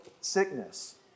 sickness